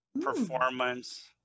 performance